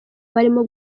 barimo